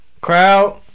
Crowd